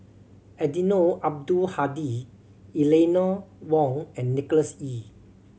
Eddino Abdul Hadi Eleanor Wong and Nicholas Ee